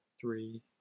three